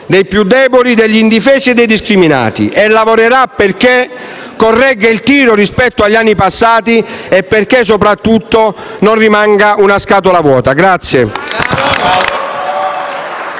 dei più deboli, degli indifesi e dei discriminati e lavorerà perché corregga il tiro rispetto agli anni passati e perché, soprattutto, non rimanga una scatola vuota.